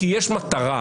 כי יש מטרה.